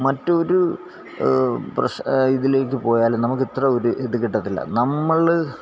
മറ്റൊരു പ്രശ്നം ഇതിലേക്ക് പോയാലും നമുക്ക് ഇത്ര ഒരു ഇത് കിട്ടത്തില്ല നമ്മൾ